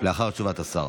לאחר תשובת השר.